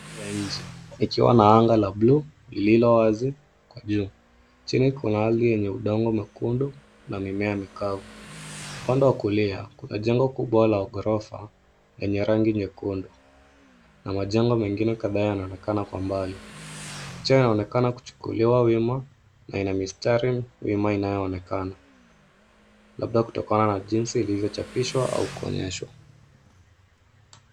likiwa na anga la buluu lilo wazi kwa juu, chini kuna ardhi yenye udongo mwekendu na mimea mikavu pande wa kulia kuna jengo kubwa la ghorofa lenye rangi nyekundu, na majengo mengine kadhaa inaoneka kwa mbali. Picha inaonekana kuchukuliwa wima na ina mistari wima inayoonekana labda kutokana na jinsi ilivyochapishwa au kuonyeshwa.